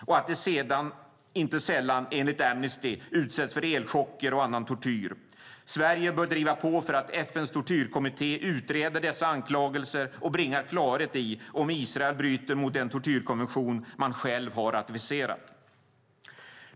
De utsätts inte sällan, enligt Amnesty, för elchocker och annan tortyr. Sverige bör driva på för att FN:s tortyrkommitté ska utreda dessa anklagelser och bringa klarhet i om Israel bryter mot den tortyrkonvention som de själva har ratificerat.